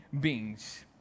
beings